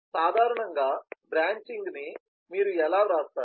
సాధారణంగా బ్రాంచిని మీరు ఇలా వ్రాస్తారు